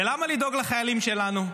ולמה לדאוג לחיילים שלנו?